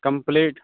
complaint